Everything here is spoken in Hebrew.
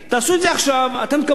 אתם תקבלו עשרות מיליארדים.